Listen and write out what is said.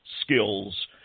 skills